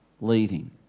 leading